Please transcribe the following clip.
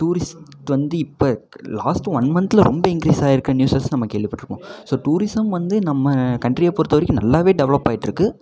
tourist வந்து இப்போ last one மந்த்ல ரொம்ப இன்க்ரீஸ் ஆயிருக்க நியூஸஸ் நம்ம கேள்விப்பட்டுருப்போம் ஸோ டூரிஸம் வந்து நம்ம கன்ட்ரியை பொறுத்த வரைக்கும் நல்லாவே டெவலப் ஆயிட்டுருக்கு